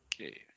Okay